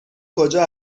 کجا